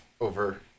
over